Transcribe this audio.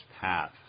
path